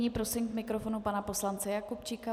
Nyní prosím k mikrofonu pana poslance Jakubčíka.